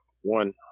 One